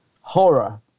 horror